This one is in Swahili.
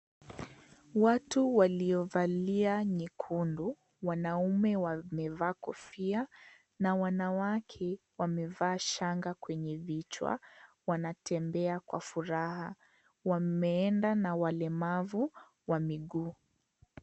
Watu waliovalia nyekundu, wanaume wamevaa kofia na wanawake wamevaa shanga kwenye vichwa. Wanatembea kwa furaha, wameenda na walemavu wa miguu.